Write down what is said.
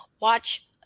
Watch